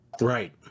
right